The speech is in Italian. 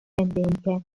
endemiche